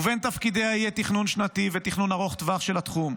ובין תפקידיה יהיו תכנון שנתי ותכנון ארוך טווח של התחום,